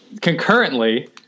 Concurrently